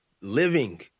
Living